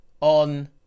on